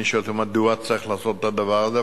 שאלתי אותו מדוע צריך לעשות את הדבר הזה,